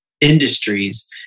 industries